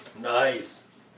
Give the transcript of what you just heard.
Nice